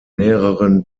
mehreren